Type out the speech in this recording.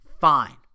Fine